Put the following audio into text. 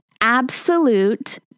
absolute